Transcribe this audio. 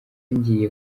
ngiye